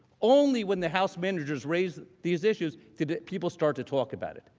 only when the house managers raised these issues do people start to talk about it.